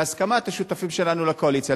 בהסכמת השותפים שלנו לקואליציה.